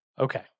Okay